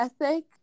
ethic